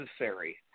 necessary